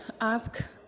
ask